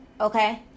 Okay